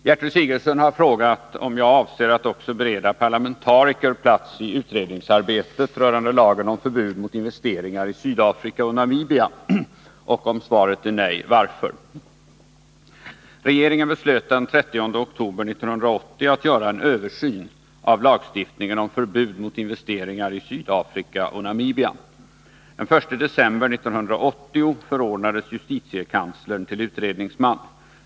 Herr talman! Gertrud Sigurdsen har frågat om jag avser att också bereda parlamentariker plats i utredningsarbetet rörande lagen om förbud mot investeringar i Sydafrika och Namibia, och om svaret är nej — varför. Regeringen beslöt den 30 oktober 1980 att göra en översyn av lagstiftningen om förbud mot investeringar i Sydafrika och Namibia. Den 1 december 1980 förordnades justitiekanslern till utredningsman.